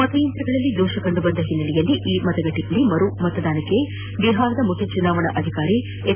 ಮತಯಂತ್ರಗಳಲ್ಲಿ ದೋಷ ಕಂಡು ಬಂದ ಹಿನ್ನೆಲೆಯಲ್ಲಿ ಈ ಮತಗಟ್ಟೆಯಲ್ಲಿ ಮರು ಮತದಾನಕ್ಕೆ ಬಿಹಾರದ ಮುಖ್ಯ ಚುನಾವಣಾಧಿಕಾರಿ ಎಚ್